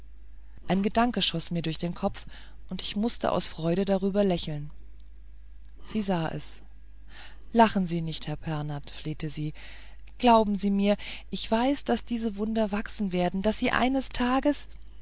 ein gedanke schoß mir durch den kopf und ich mußte aus freude darüber lächeln sie sah es lachen sie nicht herr pernath flehte sie glauben sie mir ich weiß daß diese wunder wachsen werden und daß sie eines tages